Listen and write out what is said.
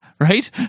Right